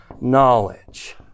knowledge